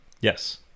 Yes